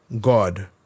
God